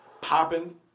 Popping